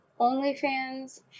OnlyFans